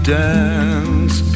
dance